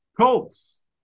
Colts